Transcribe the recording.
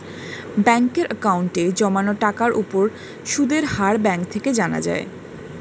ব্যাঙ্কের অ্যাকাউন্টে জমানো টাকার উপর সুদের হার ব্যাঙ্ক থেকে জানা যায়